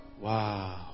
Wow